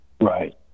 Right